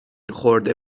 خورده